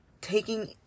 taking